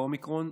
באומיקרון,